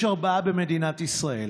יש ארבעה במדינת ישראל.